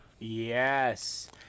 Yes